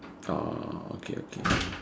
okay okay